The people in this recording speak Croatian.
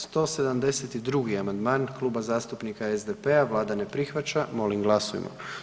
172. amandman Kluba zastupnika SDP-a Vlada ne prihvaća, molim glasujmo.